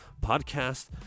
podcast